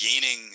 gaining